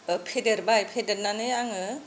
फेदेरबाय फेदेरनानै आङो